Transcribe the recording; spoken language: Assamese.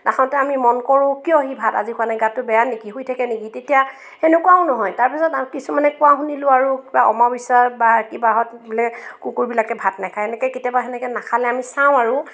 নাখাওঁতে আমি মন কৰোঁ কিয় সি ভাত আজি খোৱা নাই গাটো বেয়া নেকি শুই থাকে নেকি তেতিয়া সেনেকুৱাও নহয় তাৰপিছত কিছুমানে কোৱা শুনিলোঁ আৰু কিবা অমাৱস্যাত বা কিবাহত বোলে কুকুৰবিলাকে ভাত নাখায় এনেকৈ কেতিয়াবা সেনেকৈ নাখালে আমি চাওঁ আৰু